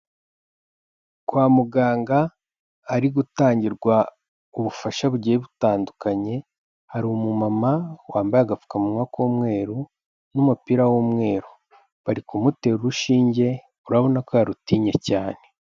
Kwa muganga hari gutangirwa ubufasha bugiye butandukanye, hari umumama wambaye agapfukamunwa k'umweru n'umupira, bari kumutera urushinge urabona ko yarutinye cyane.